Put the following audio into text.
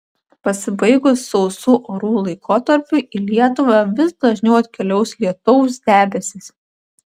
pasibaigus sausų orų laikotarpiui į lietuvą vis dažniau atkeliaus lietaus debesys